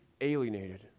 alienated